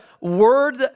word